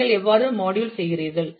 நீங்கள் எவ்வாறு மாடியுல் செய்கிறீர்கள்